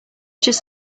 just